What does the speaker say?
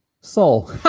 Soul